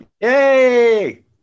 Yay